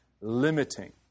limiting